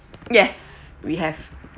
yes we have